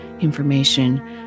information